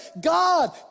God